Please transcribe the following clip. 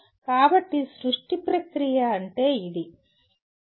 కాబట్టి సృష్టి ప్రక్రియ అంటే ఇదే